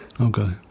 Okay